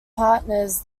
partners